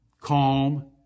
calm